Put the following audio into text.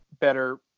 better